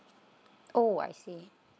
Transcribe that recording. oh I see